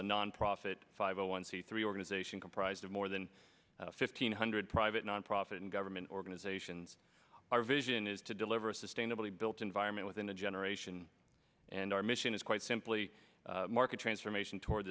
a nonprofit five hundred one c three organization comprised of more than fifteen hundred private nonprofit and government organizations our vision is to deliver a sustainably built environment within a generation and our mission is quite simply market transformation toward